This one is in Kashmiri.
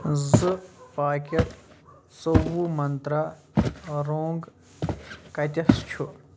زٕ پاکیٚٹ ژوٚوُہ منٛترٛا رۄنٛگ کتیٚس چھُ